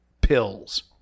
pills